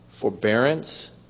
forbearance